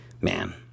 man